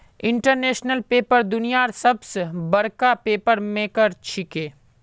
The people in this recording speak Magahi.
इंटरनेशनल पेपर दुनियार सबस बडका पेपर मेकर छिके